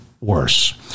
worse